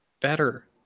better